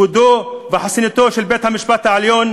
כבודו וחסינותו של בית-המשפט העליון,